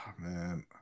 Man